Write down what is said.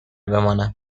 بمانم